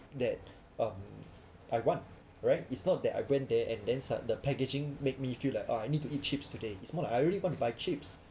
that um I want right it's not that I went there and then sudd~ the packaging make me feel like oh I need to eat chips today it's more like I really wanna buy chips